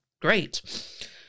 great